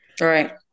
Right